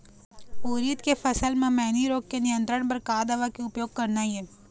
उरीद के फसल म मैनी रोग के नियंत्रण बर का दवा के उपयोग करना ये?